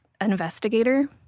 investigator